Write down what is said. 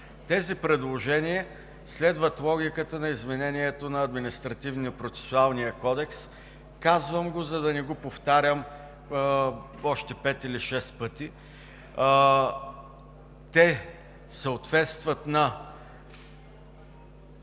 Тези предложения следват логиката на изменението на Административнопроцесуалния кодекс. Казвам го, за да не го повтарям още пет или шест пъти: те съответстват на